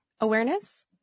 awareness